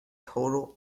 total